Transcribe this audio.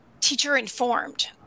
teacher-informed